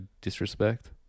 disrespect